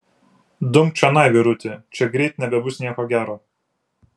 dumk čionai vyruti čia greit nebebus nieko gero